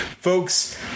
Folks